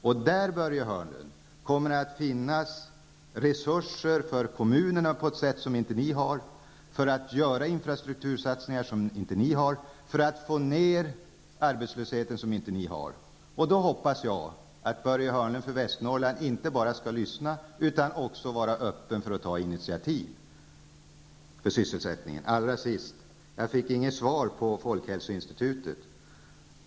I det alternativet, Börje Hörnlund, finns resurser till kommunerna på ett sätt som inte förekommer i regeringens budget, och där finns resurser till infrastruktursatsningar, som saknas i er budget. Detta gör att man med vårt förslag kan få ned arbetslösheten på ett sätt som inte är möjligt med regeringens budget. Jag hoppas att Börje Hörnlund för Västernorrlands del inte bara skall lyssna, utan att han också skall vara öppen för att ta initiativ för sysselsättningen. Allra sist: jag fick inget svar på min fråga om folkhälsoinstitutet.